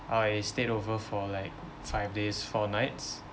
I stayed over for like five days four nights